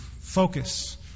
focus